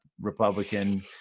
republican